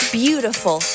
beautiful